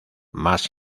más